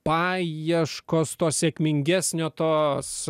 paieškos to sėkmingesnio tos